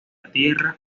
tierra